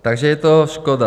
Takže je to škoda.